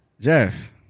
Jeff